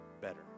better